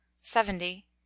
seventy